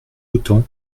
autant